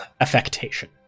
affectation